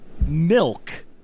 milk